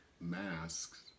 masks